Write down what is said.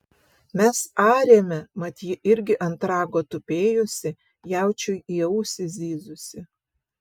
mes arėme mat ji irgi ant rago tupėjusi jaučiui į ausį zyzusi